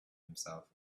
himself